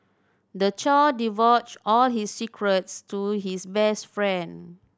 the child divulged all his secrets to his best friend